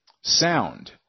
sound